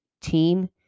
team